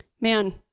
man